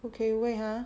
okay wait ah